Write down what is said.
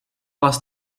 vás